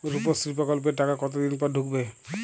রুপশ্রী প্রকল্পের টাকা কতদিন পর ঢুকবে?